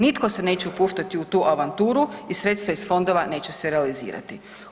Nitko se neće upuštati u tu avanturu i sredstva iz fondova neće se realizirati.